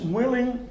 willing